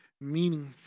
meaningful